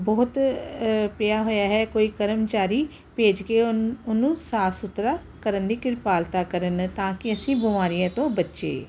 ਬਹੁਤ ਪਿਆ ਹੋਇਆ ਹੈ ਕੋਈ ਕਰਮਚਾਰੀ ਭੇਜ ਕੇ ਉ ਉਹਨੂੰ ਸਾਫ ਸੁਥਰਾ ਕਰਨ ਦੀ ਕਿਰਪਾਲਤਾ ਕਰਨ ਤਾਂ ਕਿ ਅਸੀਂ ਬਿਮਾਰੀਆਂ ਤੋਂ ਬਚੇ